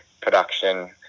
production